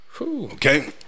Okay